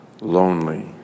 lonely